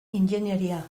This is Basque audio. ingeniaria